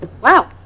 Wow